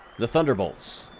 the thunderbolts,